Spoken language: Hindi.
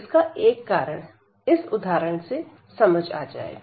इसका एक कारण इस उदाहरण से समझ आ जाएगा